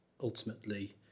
ultimately